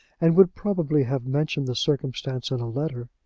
and would probably have mentioned the circumstance in a letter.